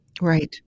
Right